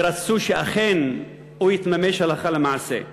ורצה שאכן הוא יתממש הלכה למעשה.